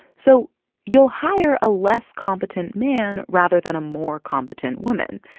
so you'll hire a less competent man rather than a more competent woman.